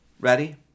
ready